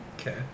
okay